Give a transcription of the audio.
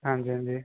हां जी हां जी